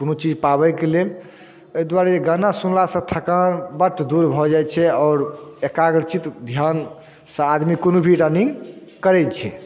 कोनो चीज पाबैके लेल ओहि दुआरे गाना सुनलासँ थकान बट दूर भऽ जाइ छै आओर एकाग्रचित धिआनसँ आदमी कोनो भी रनिङ्ग करै छै